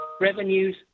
revenues